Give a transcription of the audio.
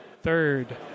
Third